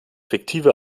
fiktive